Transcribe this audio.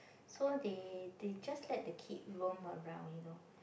so they they just let the kid roam around you know